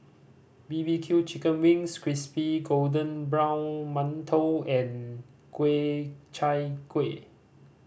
B B Q chicken wings crispy golden brown mantou and kue Chai Kuih